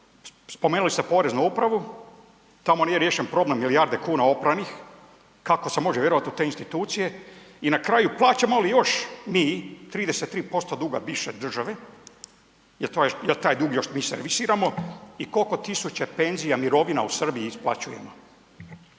Spomenuli ste Poreznu upravu, tamo nije riješen problem milijarde kuna opranih, kako se može vjerovat u te institucije i na kraju plaćamo li još mi 33% duga bivše države, jel taj dug još mi servisiramo i koliko tisuća penzija, mirovina u Srbiji isplaćujemo?